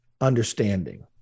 understanding